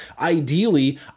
ideally